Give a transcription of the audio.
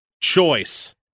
choice